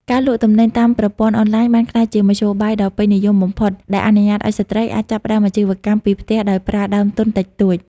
ការលក់ទំនិញតាមប្រព័ន្ធអនឡាញបានក្លាយជាមធ្យោបាយដ៏ពេញនិយមបំផុត ដែលអនុញ្ញាតឱ្យស្ត្រីអាចចាប់ផ្ដើមអាជីវកម្មពីផ្ទះដោយប្រើដើមទុនតិចតួច។